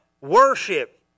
Worship